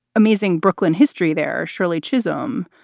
amazing brooklyn history there, shirley chisholm,